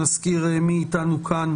נזכיר גם מי אתנו כאן,